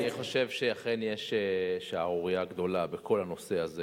אני חושב שאכן יש שערורייה גדולה בכל הנושא הזה.